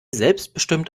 selbstbestimmt